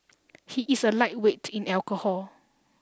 he is a lightweight in alcohol